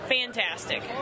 Fantastic